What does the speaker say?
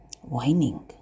whining